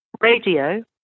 Radio